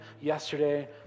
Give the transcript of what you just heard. yesterday